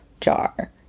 jar